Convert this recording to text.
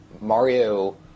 Mario